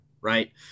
right